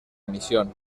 misión